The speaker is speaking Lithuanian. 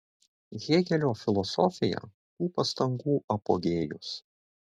hėgelio filosofija tų pastangų apogėjus